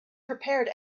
prepared